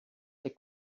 they